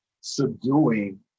subduing